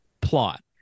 plot